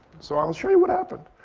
so i'll show you what happened,